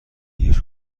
هیچ